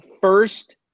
first